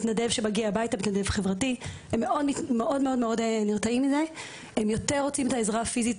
מתנדב חברתי שמגיע הביתה; הם יותר רוצים את העזרה הפיזית,